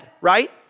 right